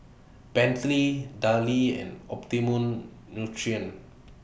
Bentley Darlie and Optimum Nutrition